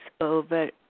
over